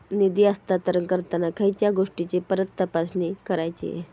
निधी हस्तांतरण करताना खयच्या गोष्टींची फेरतपासणी करायची?